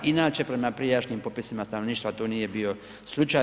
Inače prema prijašnjim popisima stanovništva to nije bio slučaj.